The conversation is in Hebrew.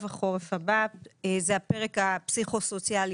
החורף הבא זה הפרק הפסיכוסוציאלי,